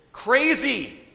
crazy